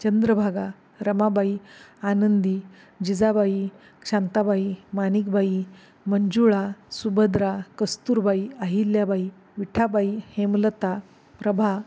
Chandrabhaga Ramabai Anandi Jijabai Shantabai Manikbai Manjula Subhadra Kasturbai Ahilyabai Vithabai Hemlata Prabha